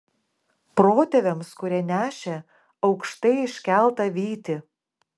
protėviams kurie nešė aukštai iškeltą vytį